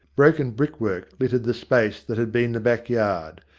broken brickwork littered the space that had been the back-yard.